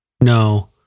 No